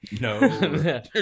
no